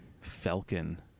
Falcon